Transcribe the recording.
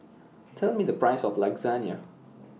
Tell Me The Price of